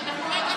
נא לעצור את